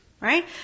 right